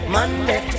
Monday